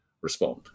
respond